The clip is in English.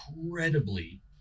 incredibly